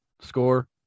score